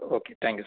okay thank you sir